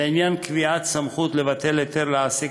לעניין קביעת סמכות לבטל היתר להעסיק